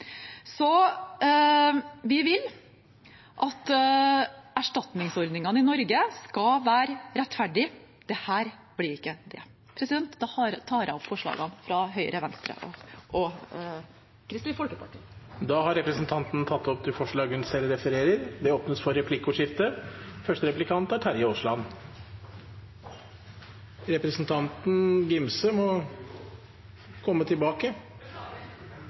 Vi vil at erstatningsordningene i Norge skal være rettferdige. Dette blir ikke det. Da tar jeg opp forslaget fra Høyre, Venstre og Kristelig Folkeparti. Representanten Guro Angell Gimse har tatt opp det forslaget hun refererte til. Det blir replikkordskifte. Representanten Angell Gimse må komme tilbake. Vi får tro at spørsmålene ikke er så vanskelige. Jeg trodde jeg skulle komme